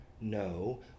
No